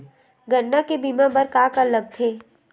गन्ना के बीमा बर का का लगथे?